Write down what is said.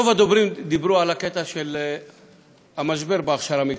רוב הדוברים דיברו על הקטע של המשבר בהכשרה המקצועית,